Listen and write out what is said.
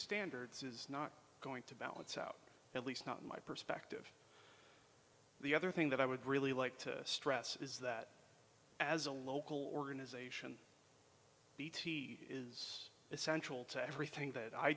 standards is not going to balance out at least not in my perspective the other thing that i would really like to stress is that as a local organisation bt is essential to everything that i